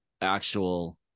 actual